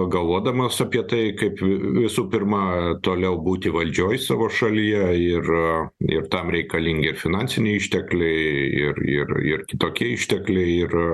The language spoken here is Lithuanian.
galvodamas apie tai kaip visų pirma toliau būti valdžioj savo šalyje ir ir tam reikalingi finansiniai ištekliai ir ir ir kitokie ištekliai ir